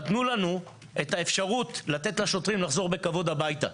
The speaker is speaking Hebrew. אבל תנו לנו את האפשרות לתת לשוטרים לחזור בכבוד הביתה.